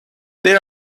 there